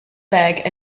ddeg